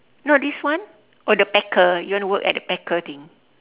no this one or the packer you wanna work at the packer thing